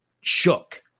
shook